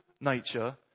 nature